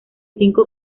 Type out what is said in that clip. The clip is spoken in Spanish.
cinco